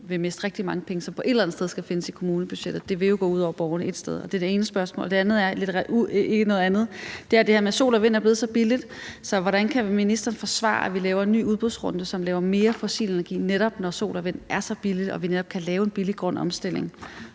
vil miste rigtig mange penge, som så skal findes et eller andet sted i kommunebudgettet? Det vil jo gå ud over borgerne et sted – det er det ene spørgsmål. Det andet er det her med, at sol og vind er blevet så billigt. Hvordan kan ministeren forsvare, at vi laver en ny udbudsrunde, som laver mere fossil energi, netop når sol og vind er så billigt og vi kan lave en billig grøn omstilling?